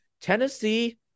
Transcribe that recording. Tennessee